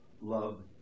love